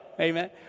Amen